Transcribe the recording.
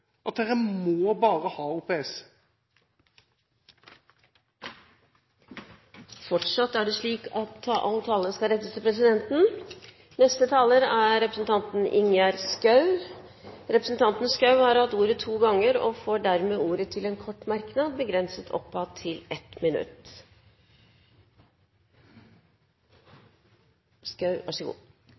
slik at all tale skal rettes til presidenten. Ingjerd Schou har hatt ordet to ganger og får ordet til en kort merknad, begrenset til 1 minutt.